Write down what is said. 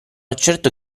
certo